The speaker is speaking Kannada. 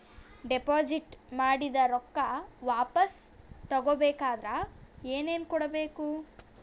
ಡೆಪಾಜಿಟ್ ಮಾಡಿದ ರೊಕ್ಕ ವಾಪಸ್ ತಗೊಬೇಕಾದ್ರ ಏನೇನು ಕೊಡಬೇಕು?